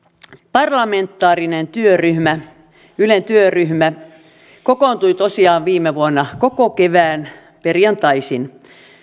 parlamentaarinen työryhmä ylen työryhmä kokoontui tosiaan viime vuonna koko kevään perjantaisin